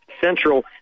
Central